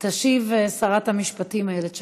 תשיב שרת המשפטים איילת שקד.